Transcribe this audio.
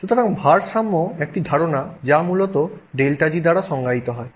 সুতরাং ভারসাম্য একটি ধারণা যা মূলত ΔG দ্বারা সংজ্ঞায়িত হয়